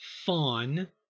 fawn